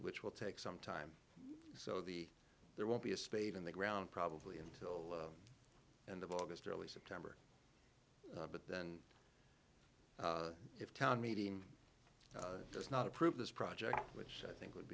which will take some time so the there won't be a spade in the ground probably until and of august early september but then if town meeting does not approve this project which i think would